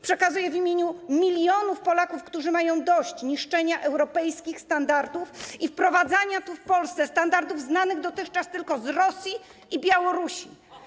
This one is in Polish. Przekazuję w imieniu milionów Polaków, którzy mają dość niszczenia europejskich standardów i wprowadzania tu, w Polsce, standardów znanych dotychczas tylko z Rosji i Białorusi.